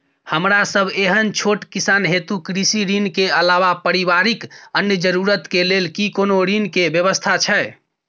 हमरा सब एहन छोट किसान हेतु कृषि ऋण के अलावा पारिवारिक अन्य जरूरत के लेल की कोनो ऋण के व्यवस्था छै?